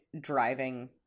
driving